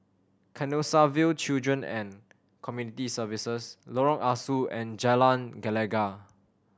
Canossaville Children and Community Services Lorong Ah Soo and Jalan Gelegar